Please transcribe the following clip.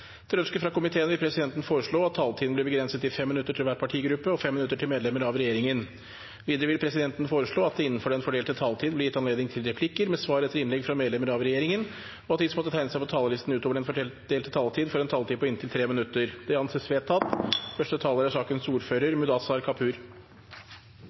vil presidenten foreslå at taletiden blir begrenset til 5 minutter til hver partigruppe og 5 minutter til medlemmer av regjeringen. Stille! Da fortsetter vi: Videre vil presidenten foreslå at det – innenfor den fordelte taletid – blir gitt anledning til replikker med svar etter innlegg fra medlemmer av regjeringen, og at de som måtte tegne seg på talerlisten utover den fordelte taletid, får en taletid på inntil 3 minutter. – Det anses vedtatt. Vi tar en pause fram til galleriet er